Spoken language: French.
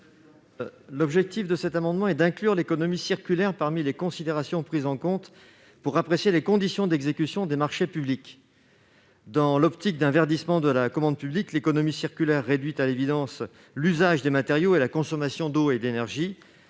Demilly. Cet amendement a pour objet d'inclure l'économie circulaire parmi les considérations prises en compte pour apprécier les conditions d'exécution des marchés publics. Dans l'optique d'un verdissement de la commande publique, l'économie circulaire réduit à l'évidence l'usage des matériaux et la consommation d'eau et d'énergie.